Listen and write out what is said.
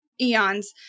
eons